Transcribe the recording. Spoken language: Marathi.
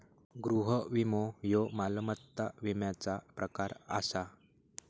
गृह विमो ह्यो मालमत्ता विम्याचा प्रकार आसा